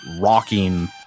rocking